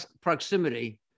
proximity